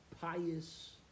pious